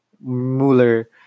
Mueller